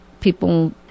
people